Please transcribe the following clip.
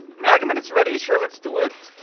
malcolm and it's ready sure let's do it.